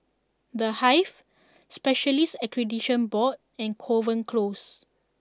The Hive Specialists Accreditation Board and Kovan Close